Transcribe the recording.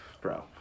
Bro